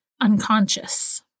unconscious